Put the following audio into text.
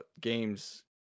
game's